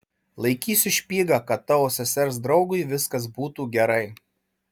laikysiu špygą kad tavo sesers draugui viskas būtų gerai